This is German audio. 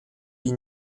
wie